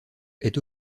est